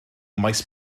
maes